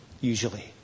usually